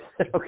Okay